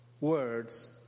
words